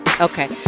Okay